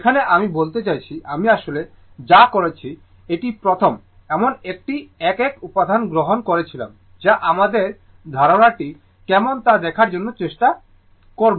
এখানে আমি বলতে চাইছি আমি আসলে যা করেছি এটি প্রথম এমন একটি একক উপাদান গ্রহণ করেছিল যা আমাদের ধারণাটি কেমন তা দেখার চেষ্টা করবে